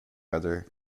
other